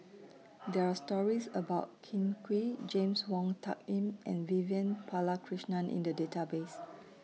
There Are stories about Kin Chui James Wong Tuck Yim and Vivian Balakrishnan in The Database